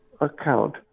account